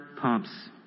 pumps